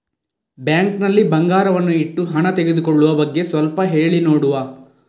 Bank ನಲ್ಲಿ ಬಂಗಾರವನ್ನು ಇಟ್ಟು ಹಣ ತೆಗೆದುಕೊಳ್ಳುವ ಬಗ್ಗೆ ಸ್ವಲ್ಪ ಹೇಳಿ ನೋಡುವ?